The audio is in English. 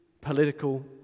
political